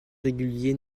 régulier